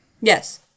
Yes